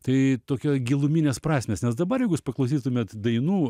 tai tokio giluminės prasmės nes dabar jeigu jūs paklausytumėt dainų